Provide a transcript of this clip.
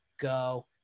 go